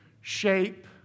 shape